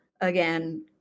again